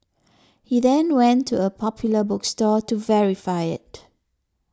he then went to a popular bookstore to verify it